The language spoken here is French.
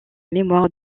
mémoire